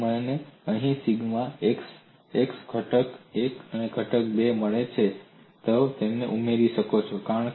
જ્યારે મને અહીં સિગ્મા xx ઘટક 1 ઘટક 2 અહીં મળે છે તમે તેમને ઉમેરી શકો છો